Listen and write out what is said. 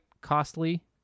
costly